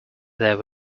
there